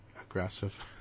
aggressive